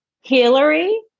Hillary